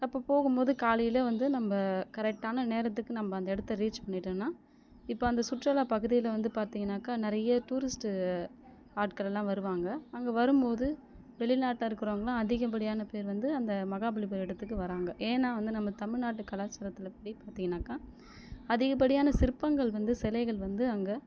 அப்போது போகும் போது காலையில் வந்து நம்ம கரெக்டான நேரத்துக்கு நம்ம அந்த இடத்த ரீச் பண்ணிட்டோன்னா இப்போ அந்த சுற்றுலாப் பகுதியில் வந்து பார்த்தீங்கனாக்கா நிறைய டூரிஸ்ட்டு ஆட்களெல்லாம் வருவாங்கள் அங்கே வரும் போது வெளிநாட்டில் இருக்கிறவங்கள்லாம் அதிகபடியான பேர் வந்து அந்த மகாபலிபுர இடத்துக்கு வராங்க ஏன்னால் வந்து நம்ம தமிழ்நாட்டு கலாச்சாரத்தில் படி பார்த்தீங்கனாக்கா அதிகப்படியான சிற்பங்கள் வந்து சிலைகள் வந்து அங்கே